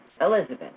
Elizabeth